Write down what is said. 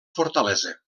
fortalesa